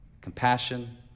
compassion